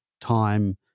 time